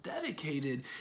dedicated